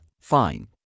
fine